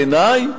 בעיני,